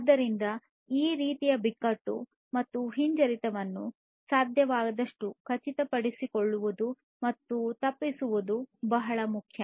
ಆದ್ದರಿಂದ ಈ ರೀತಿಯ ಬಿಕ್ಕಟ್ಟು ಮತ್ತು ಹಿಂಜರಿತವನ್ನು ಸಾಧ್ಯವಾದಷ್ಟು ಖಚಿತಪಡಿಸಿಕೊಳ್ಳುವುದು ಮತ್ತು ತಪ್ಪಿಸುವುದು ಬಹಳ ಮುಖ್ಯ